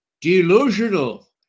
Delusional